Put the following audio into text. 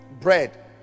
bread